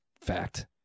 Fact